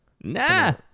nah